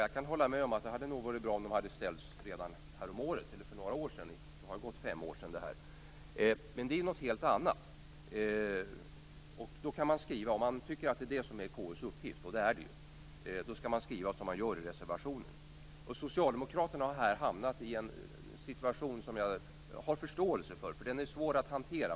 Jag kan hålla med om att det nog hade varit bra om de hade ställts redan häromåret eller för några år sedan - det har ju nu gått fem år sedan det här inträffade. Men det är något helt annat. Om man tycker att det är det som är KU:s uppgift, och det är det ju, skall man skriva som man gör i reservationen. Socialdemokraterna har här hamnat i en situation som jag har förståelse för. Den är svår att hantera.